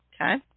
Okay